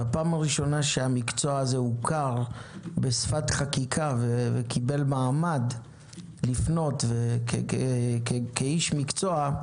בפעם הראשונה שהמקצוע הזה הוכר בשפת חקיקה וקיבל מעמד לפנות כאיש מקצוע,